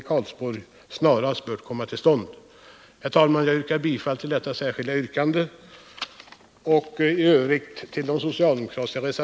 Jag yrkar bifall till detta särskilda yrkande och i övrigt till de